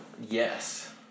Yes